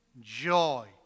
joy